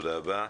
תודה רבה.